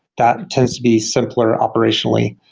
that tends to be simpler operationally.